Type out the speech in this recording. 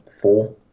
four